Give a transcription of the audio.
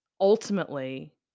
ultimately